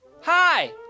Hi